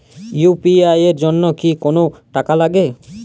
UPI এর জন্য কি কোনো টাকা লাগে?